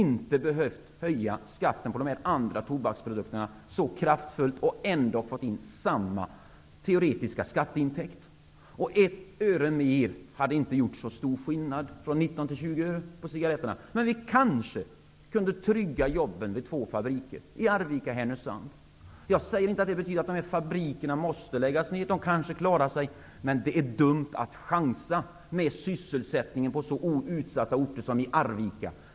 Man hade då inte behövt höja skatten på de här andra tobaksprodukterna så kraftfullt, och ändå hade man fått in samma teoretiska skatteintäkt. Ett öre mer -- från 19 till 20 öre -- hade inte gjort så stor skillnad på priset för cigaretterna, men det hade kanske tryggat jobben på två fabriker, nämligen fabrikerna i Arvika och Jag säger inte att dessa fabriker måste läggas ned. De kanske klarar sig, men det är dumt att chansa när det gäller sysselsättningen på så utsatta orter som Arvika.